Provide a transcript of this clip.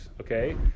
Okay